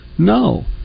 No